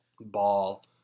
Ball